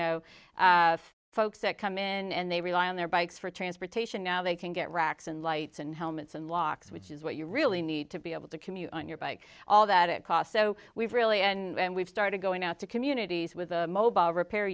know folks that come in and they rely on their bikes for transportation now they can get racks and lights and helmets and locks which is what you really need to be able to commute on your bike all that it cost so we've really and we've started going out to communities with a mobile repair